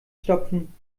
stopfen